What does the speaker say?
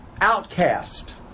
outcast